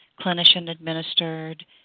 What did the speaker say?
clinician-administered